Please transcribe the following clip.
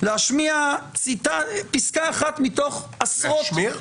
להשמיע פסקה אחת מתוך --- להשמיע?